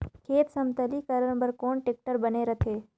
खेत समतलीकरण बर कौन टेक्टर बने रथे?